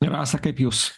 rasa kaip jūs